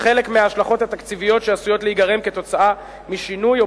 חלק מההשלכות התקציביות שעשויות להיגרם משינוי או